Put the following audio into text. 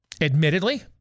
Admittedly